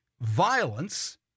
violence